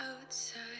outside